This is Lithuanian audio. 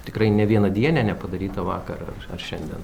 tikrai nevienadienė nepadaryta vakar ar šiandien